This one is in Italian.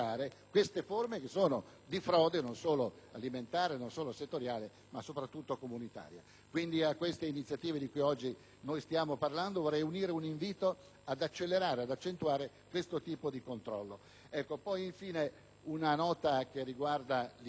di frode, non solo alimentare e settoriale, ma soprattutto comunitaria. Pertanto, alle iniziative di cui oggi stiamo parlando, vorrei unire un invito ad accelerare ed accentuare questo tipo di controlli. Infine, vorrei fare una notazione che riguarda l'insieme dei temi